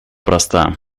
проста